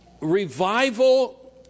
revival